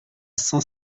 cent